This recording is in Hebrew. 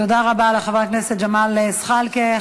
תודה רבה לחבר הכנסת ג'מאל זחאלקה.